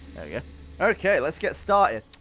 yeah okay! let's get started!